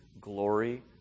glory